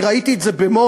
אני ראיתי את זה במו-עיני,